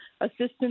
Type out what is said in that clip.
assistance